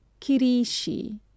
Kirishi